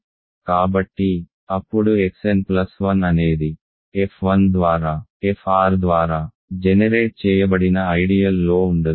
కాబట్టి అప్పుడు Xn1 అనేది f1 ద్వారా fr ద్వారా జెనెరేట్ చేయబడిన ఐడియల్ లో ఉండదు